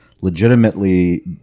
legitimately